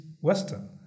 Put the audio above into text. Western